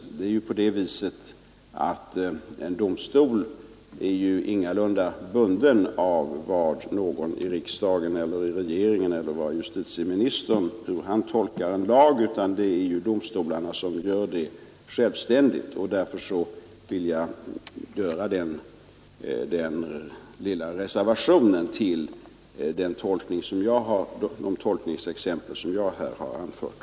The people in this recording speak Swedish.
En domstol är ju ingalunda bunden av hur någon i riksdagen, hur regeringen eller hur justitieministern tolkar en lag, utan den gör sin tolkning självständigt. Jag vill göra den lilla reservationen i anslutning till den tolkning som jag här har anfört.